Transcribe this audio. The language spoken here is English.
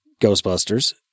Ghostbusters